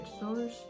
sores